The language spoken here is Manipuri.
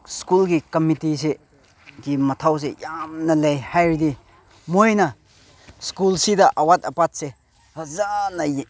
ꯁ꯭ꯀꯨꯜꯒꯤ ꯀꯝꯃꯤꯇꯤꯁꯦ ꯃꯊꯧꯁꯦ ꯌꯥꯝꯅ ꯂꯩ ꯍꯥꯏꯔꯗꯤ ꯃꯣꯏꯅ ꯁ꯭ꯀꯨꯜꯁꯤꯗ ꯑꯋꯥꯠ ꯑꯄꯥꯁꯦ ꯐꯖꯅ